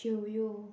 शेवयो